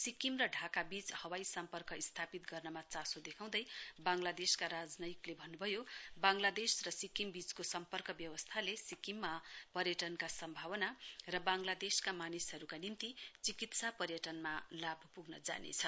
सिक्किम र ढाकाबीच हवाई सम्पर्क स्थापित गर्नमा चासो देखाउँदै बांगलादेशका राजनैयिकले भन्नुभयो बांगलादेश र सिक्किम बीचको सम्पर्क व्यवस्थाले सिक्किममा पर्यटनका सम्भावना र बांगलादेशी मानिसहरूका निम्ति चिकित्सा पर्यटनमा लाभ प्ग्न जानेछ